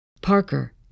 Parker